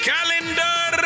Calendar